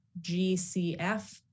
GCF